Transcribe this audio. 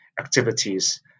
activities